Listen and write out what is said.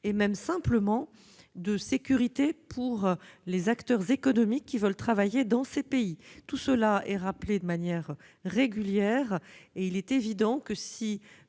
ou tout simplement de sécurité pour les acteurs économiques qui veulent travailler dans ces pays. Tout cela est rappelé de manière régulière. Si nous pointons